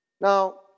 Now